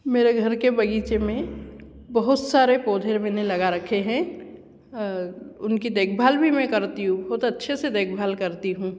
मेरे घर के बगीचे में बहुत सारे पौधे मैने लगा रखे हैं और उनकी देखभाल भी मैं करती हूँ बहुत अच्छे से देखभाल करती हूँ